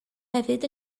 hefyd